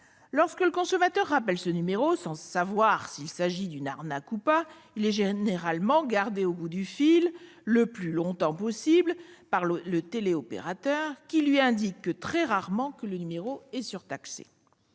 Lorsque le consommateur rappelle ce numéro, sans savoir s'il s'agit d'une arnaque ou pas, il est généralement gardé au bout du fil le plus longtemps possible par le téléopérateur, qui ne lui indique que très rarement que le numéro est surtaxé.